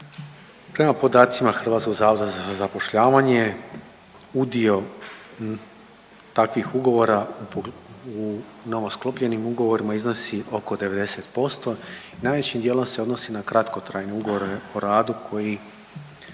Prema podacima HZZ-a udio takvih ugovora u novosklopljenim ugovorima iznosi oko 90%. Najvećim dijelom se odnosi na kratkotrajne ugovore o radu koji